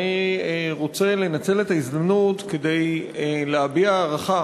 אני רוצה לנצל את ההזדמנות כדי להביע הערכה